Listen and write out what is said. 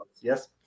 yes